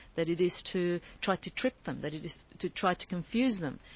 that it is to try to trick them, that it is to try to confuse them,